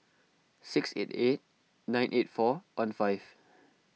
six eight eight nine eight four one five